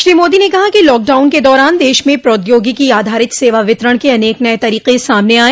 श्री मोदी ने कहा कि लॉकडाउन के दौरान देश में प्रौद्योगिकी आधारित सेवा वितरण के अनेक नये तरीके सामने आये